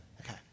okay